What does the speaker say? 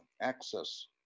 access